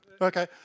Okay